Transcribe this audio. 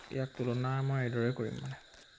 ইয়াক তুলনা মই এইদৰে কৰিম মানে